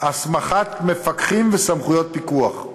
הסמכת מפקחים וסמכויות פיקוח.